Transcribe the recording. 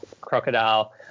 crocodile